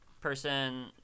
person